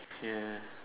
ya